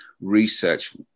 research